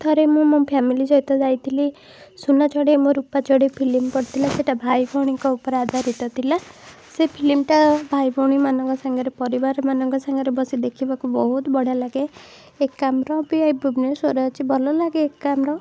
ଥରେ ମୁଁ ମୋ ଫାମିଲି ସହିତ ଯାଇଥିଲି ସୁନା ଚଢ଼େଇ ମୋ ରୂପା ଚଢ଼େଇ ଫିଲିମ୍ ପଡ଼ିଥିଲା ସେଇଟା ଭାଇଭଉଣୀଙ୍କ ଉପରେ ଆଧାରିତ ଥିଲା ସେ ଫିଲ୍ମଟା ଭାଇଭଉଣୀମାନଙ୍କ ସାଙ୍ଗରେ ପରିବାରମାନଙ୍କ ସାଙ୍ଗରେ ବସି ଦେଖିବାକୁ ବହୁତ ବଢ଼ିଆ ଲାଗେ ଏକାମ୍ର ବି ଏଇ ଭୁବନେଶ୍ୱରରେ ଅଛି ଭଲଲାଗେ ଏକାମ୍ର